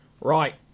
Right